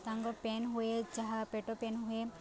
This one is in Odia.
ତାଙ୍କ ପେନ୍ ହୁଏ ପେଟ ପେନ୍ ହୁଏ